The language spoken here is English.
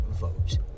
vote